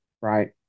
right